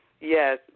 yes